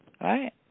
Right